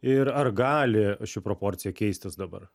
ir ar gali ši proporcija keistis dabar